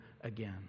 again